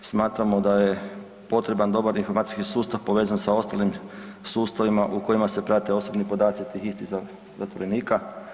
Smatramo da je potreban dobar informacijski sustav povezan sa ostalim sustavima u kojima se prate osobni podaci tih zatvorenika.